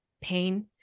pain